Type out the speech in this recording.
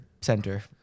center